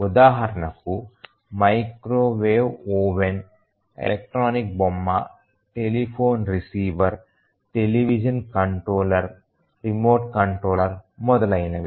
ఉదాహరణకు microwave oven electronic బొమ్మ telephone receiver television controller remote controller మొదలైనవి